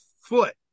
foot